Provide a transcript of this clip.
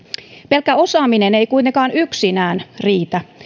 pelkkä osaaminen ei kuitenkaan yksinään riitä